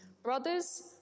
Brothers